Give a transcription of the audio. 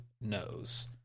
knows